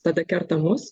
tada kerta mus